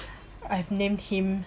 I have named him